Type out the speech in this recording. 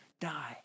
die